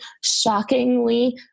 shockingly